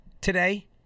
today